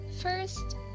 first